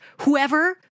whoever